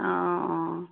অ অ